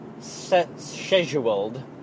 scheduled